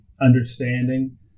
understanding